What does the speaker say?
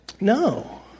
No